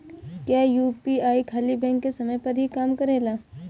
क्या यू.पी.आई खाली बैंक के समय पर ही काम करेला?